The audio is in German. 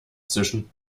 zischen